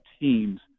teams